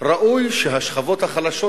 ראוי שהשכבות החלשות,